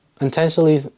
intentionally